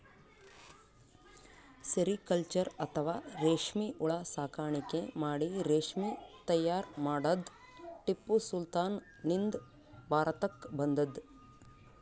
sericulture ಅಥವಾ ರೇಶ್ಮಿ ಹುಳ ಸಾಕಾಣಿಕೆ ಮಾಡಿ ರೇಶ್ಮಿ ತೈಯಾರ್ ಮಾಡದ್ದ್ ಟಿಪ್ಪು ಸುಲ್ತಾನ್ ನಿಂದ್ ಭಾರತಕ್ಕ್ ಬಂದದ್